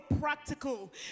practical